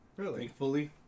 thankfully